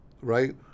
right